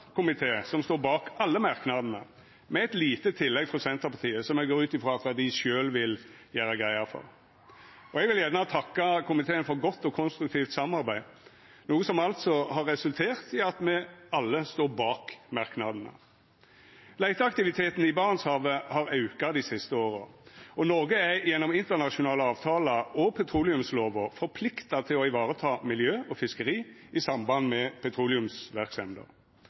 som står bak alle merknadane, med eit lite tillegg frå Senterpartiet, som eg går ut frå at dei sjølve vil gjera greie for, og eg vil gjerne takka komiteen for godt og konstruktivt samarbeid – noko som altså har resultert i at me alle står bak merknadane. Leiteaktiviteten i Barentshavet har auka dei siste åra, og Noreg er gjennom internasjonale avtalar og petroleumslova forplikta til å vareta miljø og fiskeri i samband med